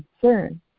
concern